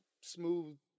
smooth